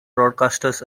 broadcasters